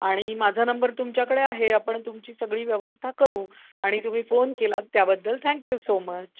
आणि माझा नंबर तुमच्याकडे आहे आपण तुमची सगळी व्यवस्था करू आणि तुम्ही फोन केला त्याबद्दल थँक्यू सो मच